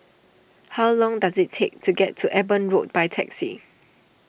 how long does it take to get to Eben Road by taxi